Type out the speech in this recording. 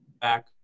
back